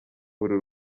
buri